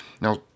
Now